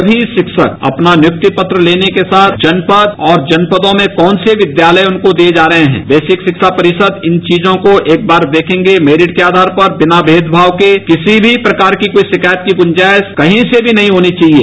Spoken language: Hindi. समी शिक्षक अपना नियुक्ति पत्र लेने के साथ जनपद और जनपदों में कौन से विद्यालय उनको दिये जा रहे है बेसिक शिक्षा परिषद इन चीजों को एकबार देखेंगे मेरिट के आधार बिना मेदभाव के किसी भी प्रकार की कोई शिकायत की गुंजाइरा कही से भी नहीं होनी चाहिये